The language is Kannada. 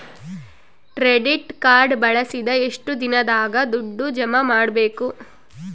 ಕ್ರೆಡಿಟ್ ಕಾರ್ಡ್ ಬಳಸಿದ ಎಷ್ಟು ದಿನದಾಗ ದುಡ್ಡು ಜಮಾ ಮಾಡ್ಬೇಕು?